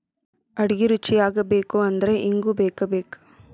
ಅಡಿಗಿ ರುಚಿಯಾಗಬೇಕು ಅಂದ್ರ ಇಂಗು ಬೇಕಬೇಕ